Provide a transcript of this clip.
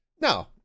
No